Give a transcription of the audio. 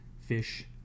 fish